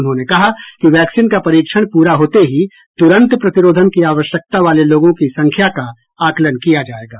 उन्होंने कहा कि वैक्सीन का परीक्षण प्ररा होते ही तुरंत प्रतिरोधन की आवश्यकता वाले लोगों की संख्या का आकलन किया जाएगा